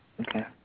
Okay